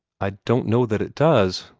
i don't know that it does,